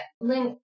Link